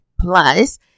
plus